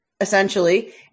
essentially